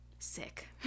sick